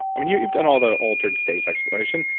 i mean you've you've done all the altered states exploration.